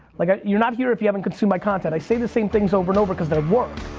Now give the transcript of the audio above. like ah you're not here if you haven't consumed my content, i say the same things over and over cause they're work.